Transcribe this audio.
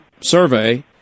survey